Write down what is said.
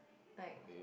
like